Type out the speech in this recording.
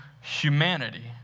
humanity